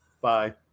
Bye